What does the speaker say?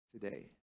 today